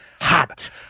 hot